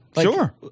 Sure